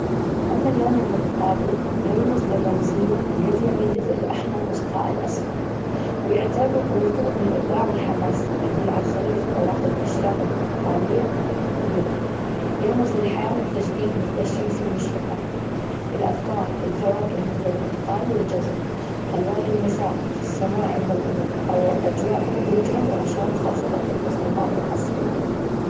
أما اللون البرتقالي يرمز للرمزية ليجمع بين دفء الأحمر وصفاء الأصفر. ويعتر ويرتبط بالإبداع والحماس. يدل على الخريف أوراق الأشجار البرتقالية، والدفئ. يرمز للحياة والتجديد مثل الشمس المشرقة. الأفكار الفواكه مثل البرتقال والجزر. ألوان المساء في السماء عند الغروب، أو أجواء مبهجة، ونشاط خاصة في التصميمات العصرية.